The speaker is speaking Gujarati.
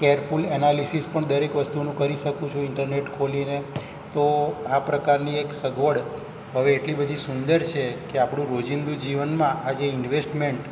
કેરફૂલ એનાલિસિસ પણ દરેક વસ્તુનું કરી શકું છું ઈન્ટરનેટ ખોલીને તો આ પ્રકારની એક સગવડ હવે એટલી બધી સુંદર છે કે આપણું રોજિંદું જીવનમાં આજે ઇન્વેસ્ટમેન્ટ